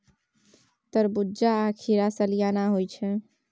तरबूज्जा आ खीरा सलियाना होइ छै